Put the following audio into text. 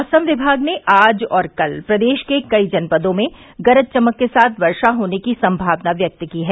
मौसम विमाग ने आज और कल प्रदेश के कई जनपदों में गरज चमक के साथ वर्षा होने की संभावना व्यक्त की है